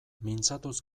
mintzatuz